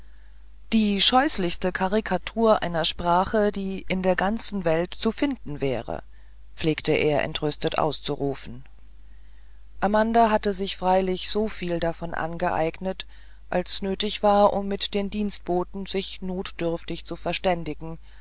die scheußlichste karikatur einer sprache die in der ganzen welt zu finden wäre pflegte er entrüstet auszurufen amanda hatte sich freilich so viel davon angeeignet als nötig war um mit den dienstboten sich notdürftig zu verständigen